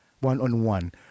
one-on-one